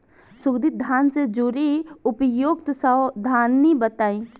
सुगंधित धान से जुड़ी उपयुक्त सावधानी बताई?